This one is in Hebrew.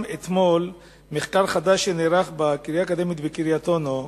אתמול פורסם מחקר חדש שנערך בקריה האקדמית בקריית-אונו,